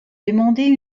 demandez